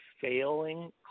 failing